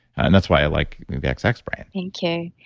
and that's why i like the xx xx brain thank you.